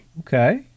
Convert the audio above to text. Okay